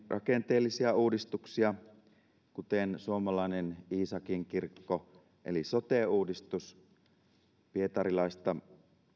rakenteellisia uudistuksia kuten suomalainen iisakinkirkko eli sote uudistus pietarilaista